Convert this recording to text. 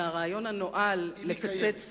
מהרעיון הנואל, לקצץ